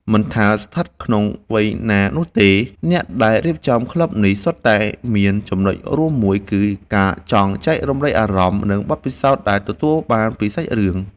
មិនថាស្ថិតក្នុងវ័យណានោះទេ អ្នកដែលរៀបចំក្លឹបនេះ សុទ្ធតែមានចំណុចរួមមួយ គឺការចង់ចែករំលែកអារម្មណ៍ និងបទពិសោធន៍ដែលទទួលបានពីសាច់រឿង។